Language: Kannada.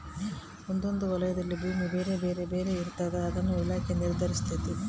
ಒಂದೊಂದು ವಲಯದಲ್ಲಿ ಭೂಮಿ ಬೆಲೆ ಬೇರೆ ಬೇರೆ ಇರ್ತಾದ ಅದನ್ನ ಇಲಾಖೆ ನಿರ್ಧರಿಸ್ತತೆ